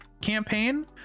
campaign